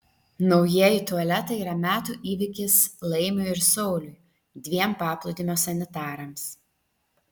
naujieji tualetai yra metų įvykis laimiui ir sauliui dviem paplūdimio sanitarams